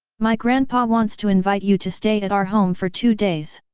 my grandpa wants to invite you to stay at our home for two days.